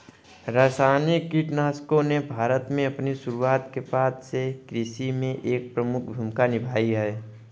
रासायनिक कीटनाशकों ने भारत में अपनी शुरुआत के बाद से कृषि में एक प्रमुख भूमिका निभाई है